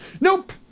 Nope